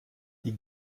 die